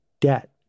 debt